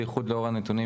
בייחוד לאור הנתונים